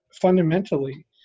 fundamentally